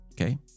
okay